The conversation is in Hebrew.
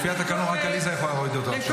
לפי התקנון, רק עליזה יכולה להוריד אותו עכשיו.